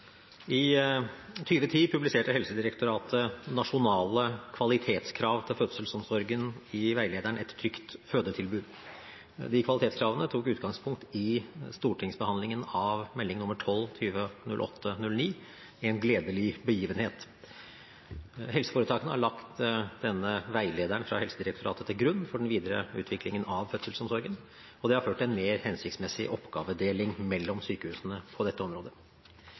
I 2010 publiserte Helsedirektoratet nasjonale kvalitetskrav til fødselsomsorgen i veilederen «Et trygt fødetilbud». Kvalitetskravene tok utgangspunkt i Stortingets behandling av St.meld. nr. 12 for 2008–2009, En gledelig begivenhet. Helseforetakene har lagt direktoratets veileder til grunn for den videre utviklingen av fødselsomsorgen, og dette har ført til en mer hensiktsmessig oppgavedeling mellom sykehusene på dette området.